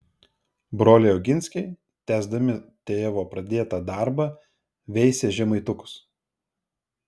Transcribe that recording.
broliai oginskiai tęsdami tėvo pradėtą darbą veisė žemaitukus